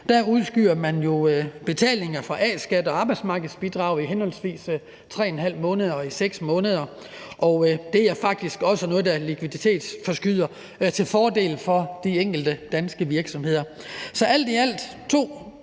Der udskyder man betalinger for A-skat og arbejdsmarkedsbidrag i henholdsvis 3½ måned og 6 måneder, og det er faktisk også noget, der likviditetsforskyder til fordel for de enkelte danske virksomheder. Så alt i alt er